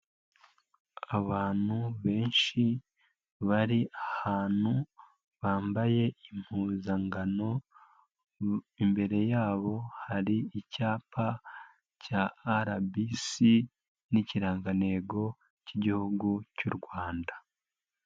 Abantu benshi bari ahantu bambaye impuzangano, imbere yabo hari icyapa cya RBC n'ikirangantego cy'Igihugu cy'u Rwanda.